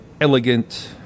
elegant